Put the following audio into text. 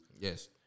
Yes